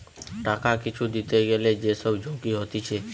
টাকা কিছু দিতে গ্যালে যে সব ঝুঁকি হতিছে